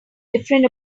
different